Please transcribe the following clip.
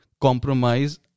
Compromise